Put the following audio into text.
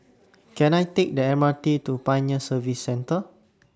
Can I Take The M R T to Pioneer Service Centre